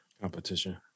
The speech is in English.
Competition